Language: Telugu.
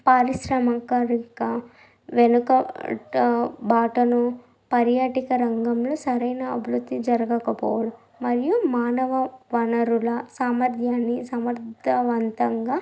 పారిశ్రామిక వెనుక బడ్డ బాటను పర్యాటక రంగంలో సరైన అభివృద్ధి జరగకపోవడం మరియు మానవ వనరుల సామర్ధ్యాన్ని సమర్ధవంతంగా